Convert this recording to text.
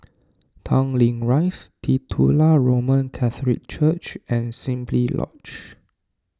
Tanglin Rise Titular Roman Catholic Church and Simply Lodge